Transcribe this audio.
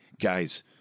guys